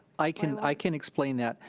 i can i can explain that.